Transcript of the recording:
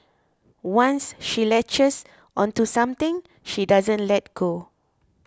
once she latches onto something she doesn't let go